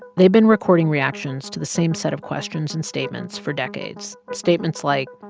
they've been recording reactions to the same set of questions and statements for decades statements like,